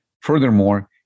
Furthermore